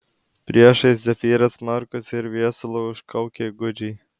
priešais zefyras smarkus ir viesulu užkaukė gūdžiai